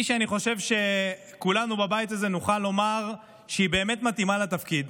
מי שאני חושב שכולנו בבית הזה נוכל לומר שהיא באמת מתאימה לתפקיד,